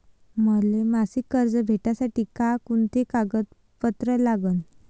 मले मासिक कर्ज भेटासाठी का कुंते कागदपत्र लागन?